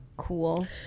cool